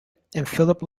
philip